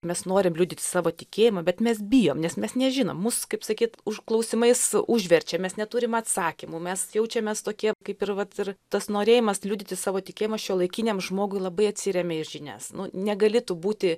mes norim liudyti savo tikėjimą bet mes bijom nes mes nežinom mus kaip sakyt už klausimais užverčia mes neturim atsakymų mes jaučiamės tokie kaip ir vat ir tas norėjimas liudyti savo tikėjimą šiuolaikiniam žmogui labai atsirėmia į žinias nu negali tu būti